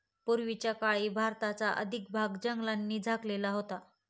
पूर्वीच्या काळी भारताचा अधिक भाग जंगलांनी झाकलेला होता